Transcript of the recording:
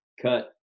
cut